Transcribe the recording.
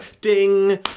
ding